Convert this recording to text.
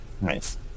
Nice